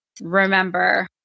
remember